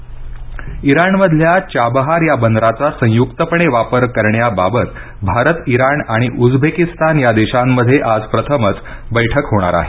Chabahar बंदर इराणमधल्या चाबहार या बंदराचा संयुक्तपणे वापर करण्याबाबत भारत इराण आणि उझबेकिस्तान या देशांमध्ये आज प्रथमच बैठक होणार आहे